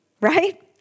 Right